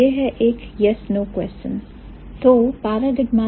यह है एक yes no question